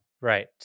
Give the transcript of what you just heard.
Right